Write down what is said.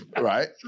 right